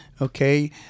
okay